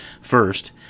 First